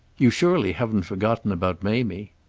you surely haven't forgotten about mamie!